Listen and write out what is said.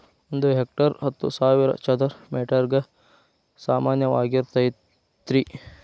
ಒಂದ ಹೆಕ್ಟೇರ್ ಹತ್ತು ಸಾವಿರ ಚದರ ಮೇಟರ್ ಗ ಸಮಾನವಾಗಿರತೈತ್ರಿ